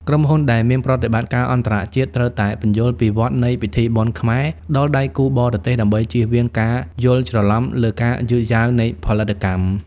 ក្រុមហ៊ុនដែលមានប្រតិបត្តិការអន្តរជាតិ ត្រូវតែពន្យល់ពីវដ្តនៃពិធីបុណ្យខ្មែរដល់ដៃគូបរទេស ដើម្បីចៀសវាងការយល់ច្រឡំលើការយឺតយ៉ាវនៃផលិតកម្ម។